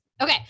Okay